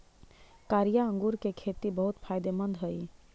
कारिया अंगूर के खेती बहुत फायदेमंद हई